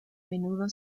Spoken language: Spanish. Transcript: menudo